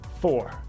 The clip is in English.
four